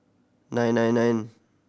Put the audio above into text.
nine nine nine